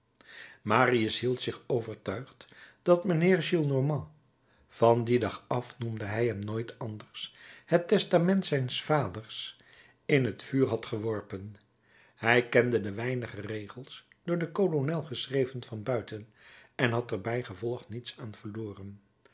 marius hield zich overtuigd dat mijnheer gillenormand van dien dag af noemde hij hem nooit anders het testament zijns vaders in het vuur had geworpen hij kende de weinige regels door den kolonel geschreven van buiten en had er bijgevolg niets aan verloren